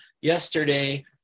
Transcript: yesterday